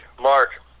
Mark